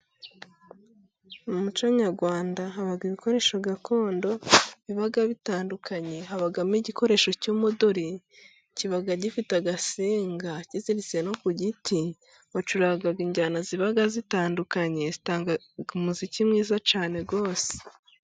Mu muco nyarwanda haba ibikoresho gakondo biba bitandukanye, habamo igikoresho cy'umuduri kiba gifite agasinga kiziritse no ku giti ,bacuranga injyana ziba zitandukanye z'umuziki mwiza cyane rwose.